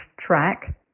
track